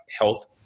health